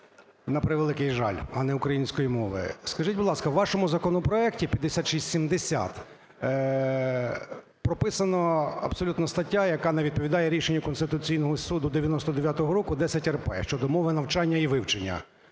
на превеликий жаль, а не української мови. Скажіть, будь ласка, у вашому законопроекті 5670 прописано абсолютно стаття, яка не відповідає рішенню Конституційного Суду 99-го року 10-рп щодо мови навчання і вивчення.